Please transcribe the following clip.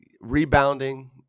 rebounding